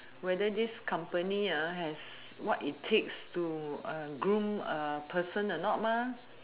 whether this company has what it takes to groom a person or not mah